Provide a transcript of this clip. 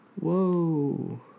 Whoa